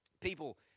people